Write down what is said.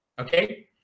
Okay